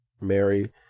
Mary